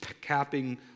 capping